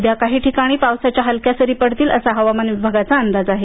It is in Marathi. उद्या काही ठिकाणी पावसाच्या हलक्या सरी पडतील असा हवामान विभागाचा अंदाज आहे